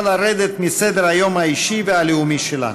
לרדת מסדר-היום האישי והלאומי שלנו.